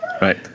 Right